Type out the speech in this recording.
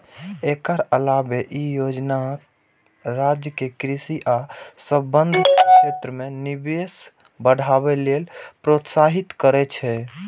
एकर अलावे ई योजना राज्य कें कृषि आ संबद्ध क्षेत्र मे निवेश बढ़ावे लेल प्रोत्साहित करै छै